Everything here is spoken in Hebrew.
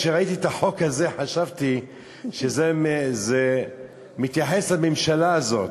כשראיתי את החוק הזה חשבתי שזה מתייחס לממשלה הזאת,